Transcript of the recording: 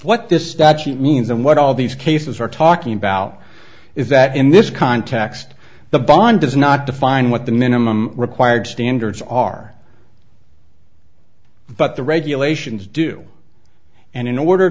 what this statute means and what all these cases are talking about is that in this context the bond does not define what the minimum required standards are but the regulations do and in order